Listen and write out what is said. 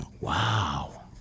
Wow